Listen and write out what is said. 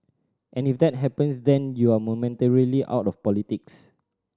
and if that happens then you're momentarily out of politics